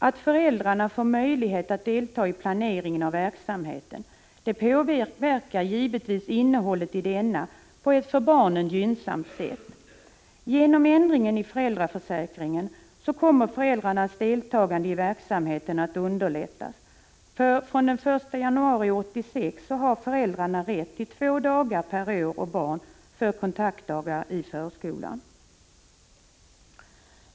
Att föräldrarna får möjlighet att delta i planeringen av verksamheten påverkar givetvis innehållet i denna på ett för barnen gynnsamt sätt. Genom ändringen i föräldraförsäkringen kommer föräldrarnas deltagande i verksamheten att underlättas. Från den 1 januari 1986 har föräldrarna nämligen rätt till två kontaktdagar per år och barn i förskolan.